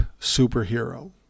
superhero